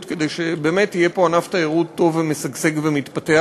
כדי שבאמת יהיה פה ענף תיירות טוב ומשגשג ומתפתח,